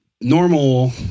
normal